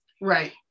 Right